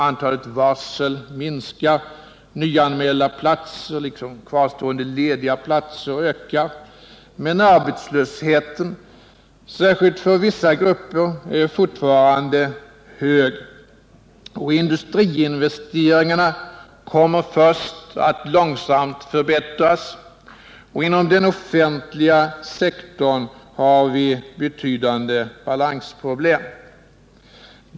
Antalet varsel minskar, nyanmälda platser liksom kvarstående lediga platser ökar, men arbetslösheten, särskilt för vissa grupper, är fortfarande hög. Industriinvesteringarna kommer att långsamt förbättras. Inom den offentliga sektorn har vi betydande balansproblem.